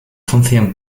función